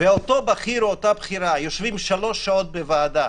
ואותו בכיר או אותה בכירה יושבים שלוש שעות בוועדה